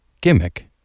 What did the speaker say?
Gimmick